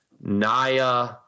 Naya